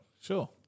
Sure